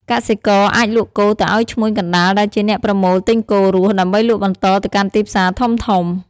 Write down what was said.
កសិករអាចលក់គោទៅឲ្យឈ្មួញកណ្ដាលដែលជាអ្នកប្រមូលទិញគោរស់ ដើម្បីលក់បន្តទៅកាន់ទីផ្សារធំៗ។